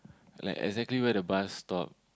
like exactly where the bus stop